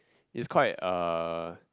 is quite uh